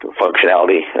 functionality